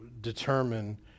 determine